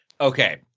Okay